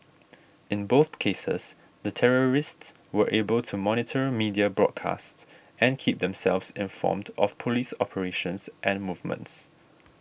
in both cases the terrorists were able to monitor media broadcasts and keep themselves informed of police operations and movements